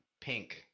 Pink